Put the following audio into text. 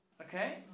okay